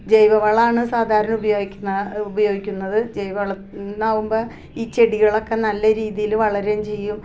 ജൈവ വളമാണ് സാധാരണ ഉപയോഗിക്കുന്നത് ഉപയോഗിക്കുന്നത് ജൈവവളത്തിൽ നിന്നകുമ്പം ഈ ചെടികളൊ ക്കെ നല്ല രീതിയിൽ വളരുകയും ചെയ്യും